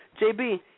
JB